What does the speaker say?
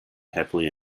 happily